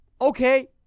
Okay